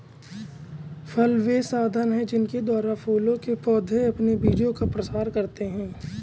फल वे साधन हैं जिनके द्वारा फूलों के पौधे अपने बीजों का प्रसार करते हैं